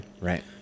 Right